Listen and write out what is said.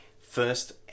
First